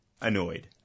annoyed